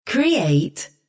Create